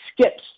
skips